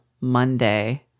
monday